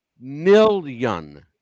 million